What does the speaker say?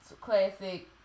classic